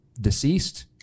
deceased